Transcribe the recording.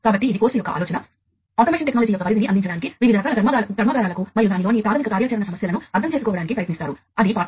కాబట్టి మనం బోధనా లక్ష్యాలతో ప్రారంభిద్దాం